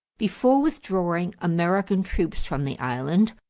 before withdrawing american troops from the island,